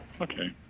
Okay